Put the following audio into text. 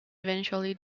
eventually